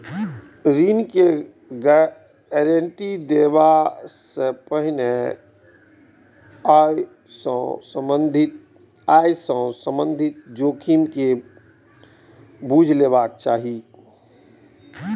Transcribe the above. ऋण के गारंटी देबा सं पहिने ओइ सं संबंधित जोखिम के बूझि लेबाक चाही